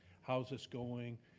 how's this going,